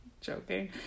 Joking